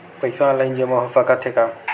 पईसा ऑनलाइन जमा हो साकत हे का?